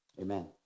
amen